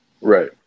Right